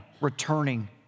returning